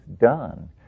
done